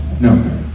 No